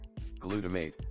glutamate